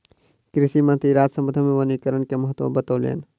कृषि मंत्री राष्ट्र सम्बोधन मे वनीकरण के महत्त्व बतौलैन